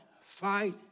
fight